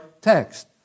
text